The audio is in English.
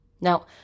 Now